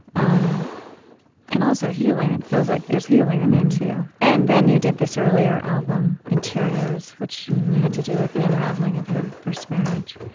um and also healing it feels like there's healing in there too. and then you did this earlier album, interiors, which had to do with the unraveling of your first marriage.